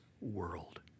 world